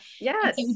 Yes